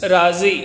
राज़ी